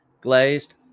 glazed